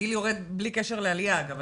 הגיל יורד בלי קשר לעלייה, אגב.